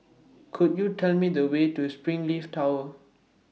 Could YOU Tell Me The Way to Springleaf Tower